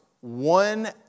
one